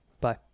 Bye